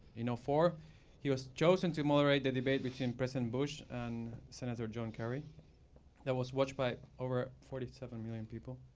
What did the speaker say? you know four he was chosen to moderate the debate between president bush and senator john kerry that was watched by over forty seven million people.